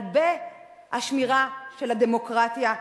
כלבי השמירה של הדמוקרטיה שלנו.